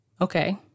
Okay